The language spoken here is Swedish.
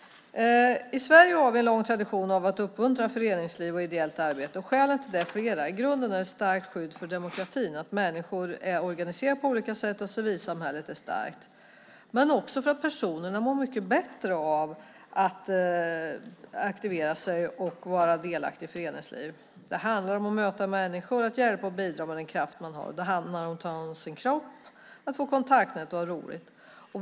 I Sverige har vi en lång tradition av att uppmuntra föreningsliv och ideellt arbete. Skälen till det är flera. I grunden är det ett starkt skydd för demokratin att människor är organiserade på olika sätt och att civilsamhället är starkt. Men personerna mår också så mycket bättre av att aktivera sig och vara delaktiga i föreningsliv. Det handlar om att möta människor och om att hjälpa och bidra med den kraft man har. Det handlar om att ta hand om sin kropp, att få kontaktnät och ha roligt.